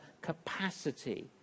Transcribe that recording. capacity